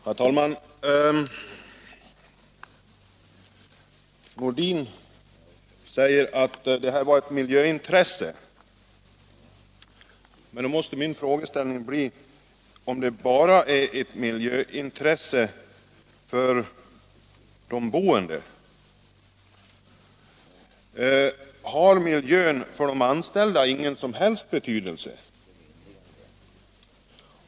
Herr talman! Herr Nordin säger att det gäller ett miljöintresse. Då måste min fråga bli: Är det ett miljöintresse bara för de boende? Har de anställdas miljö ingen som helst betydelse?